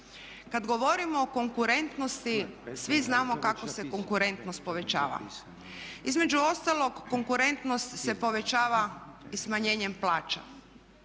Kad govorimo o konkurentnosti svi znamo kako se konkurentnost povećava. Između ostalog konkurentnost se povećava i smanjenjem plaća